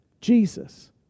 Jesus